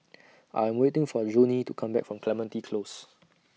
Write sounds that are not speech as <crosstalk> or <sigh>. <noise> I'm waiting For Johnie to Come Back from Clementi Close